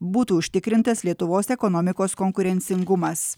būtų užtikrintas lietuvos ekonomikos konkurencingumas